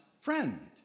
friend